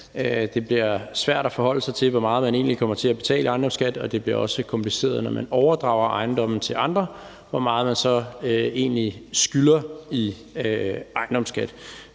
Det bliver svært at forholde sig til, hvor meget man egentlig kommer til at betale i ejendomsskat, og det bliver også kompliceret, når man overdrager ejendomme til andre, hvor meget man så egentlig skylder i ejendomsskat.